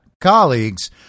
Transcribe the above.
colleagues